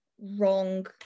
wrong